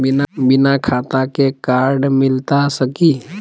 बिना खाता के कार्ड मिलता सकी?